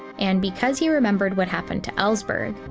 and because he remembered what happened to ellsberg,